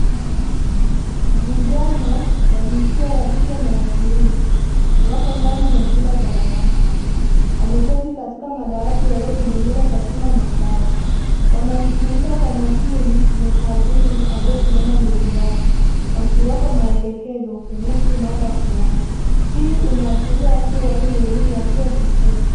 Vijana wa jinsia ya kike na ya kiume wapo ndani ya chumba cha darasa wameketi katika madawati yaliyo tengenezwa kwa chuma na mbao wanamsikiliza kwa makini, muhadhiri aliyesimama mbele yao akiwapa maelekezo kuhusu mada fulani, hii inaashiria kuwa hii ni elimu ya chuo kikuu.